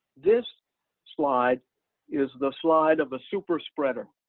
this slide is the slide of a super spreader